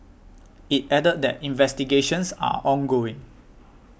it added that investigations are ongoing